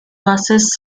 buses